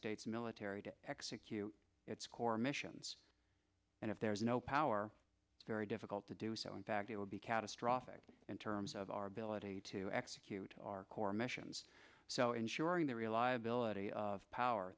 states military to execute it's core missions and if there's no power it's very difficult to do so in fact it would be catastrophic in terms of our ability to execute our core missions so ensuring they realize military power